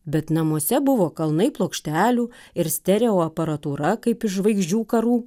bet namuose buvo kalnai plokštelių ir stereo aparatūra kaip iš žvaigždžių karų